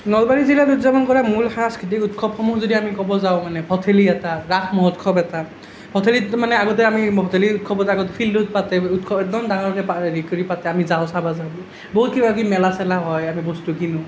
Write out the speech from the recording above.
নলবাৰী জিলাত উদযাপন কৰা মূল সাংস্কৃতিক উৎসৱসমূহ আমি যদি ক'ব যাওঁ মানে ভঠেলি এটা ৰাস মহোৎসৱ এটা ভঠেলিত মানে আগতে আমি ভঠেলি উৎসৱ আগতে ফিল্ডত পাতে একদম ডাঙৰ কে হেৰি কৰি পাতে আমি যাওঁ চাব যাওঁ বহুত কিবা কিবি মেলা চেলা হয় আমি বস্তু কিনো